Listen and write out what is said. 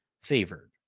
favored